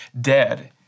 dead